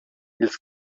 ils